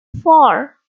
four